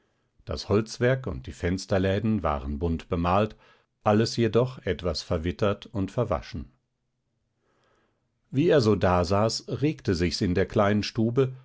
das holzwerk und die fensterläden waren bunt bemalt alles jedoch etwas verwittert und verwaschen wie er so dasaß regte sich's in der kleinen stube